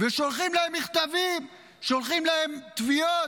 ושולחים להם מכתבים, שולחים להם תביעות,